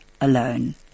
alone